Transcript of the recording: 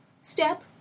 step